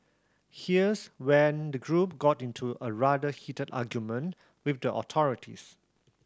here's when the group got into a rather heated argument with the authorities